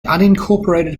unincorporated